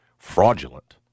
fraudulent